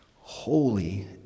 holy